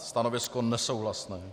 Stanovisko nesouhlasné.